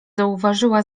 zauważyła